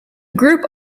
group